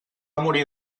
morir